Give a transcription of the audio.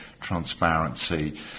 transparency